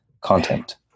content